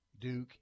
Duke